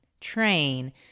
train